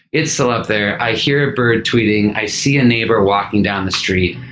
it's still out there. i hear a bird tweeting, i see a neighbor walking down the street.